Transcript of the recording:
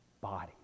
body